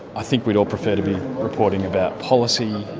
i think we'd all prefer to be reporting about policy.